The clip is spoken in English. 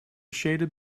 shaded